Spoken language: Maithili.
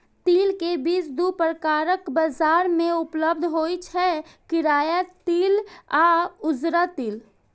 तिल के बीज दू प्रकारक बाजार मे उपलब्ध होइ छै, करिया तिल आ उजरा तिल